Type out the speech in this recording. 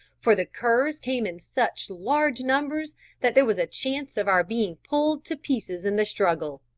for the curs came in such large numbers that there was a chance of our being pulled to pieces in the struggle.